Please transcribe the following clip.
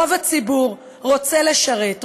רוב הציבור רוצה לשרת,